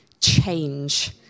change